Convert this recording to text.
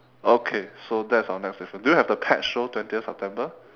okay so that's our next diffidence do you have the pet show twentieth september